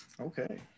okay